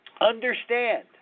understand